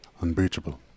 unbreachable